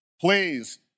Please